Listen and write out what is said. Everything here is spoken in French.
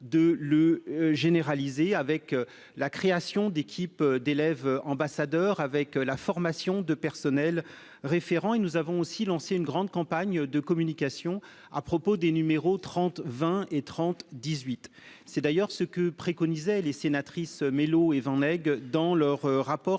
de le généraliser, avec la création d'équipes d'élèves ambassadeurs et la formation de personnels référents. Nous avons aussi lancé une grande campagne de communication à propos des numéros 3020 et 3018. C'est d'ailleurs ce que préconisaient les sénatrices Mélot et Van Heghe dans leur rapport